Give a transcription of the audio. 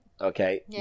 Okay